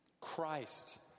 Christ